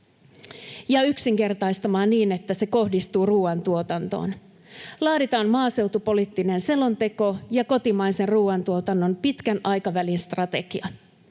ja yksinkertaistamaan niin, että se kohdistuu ruuantuotantoon. Laaditaan maaseutupoliittinen selonteko ja kotimaisen ruuantuotannon pitkän aikavälin strategia.